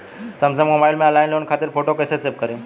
Samsung mobile में online loan खातिर photo कैसे सेभ करीं?